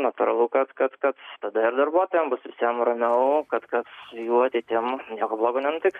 natūralu kad kad kad tada ir darbuotojams bus visiems ramiau kad kad jų ateitim nieko blogo nenutiks